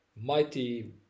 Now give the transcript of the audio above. mighty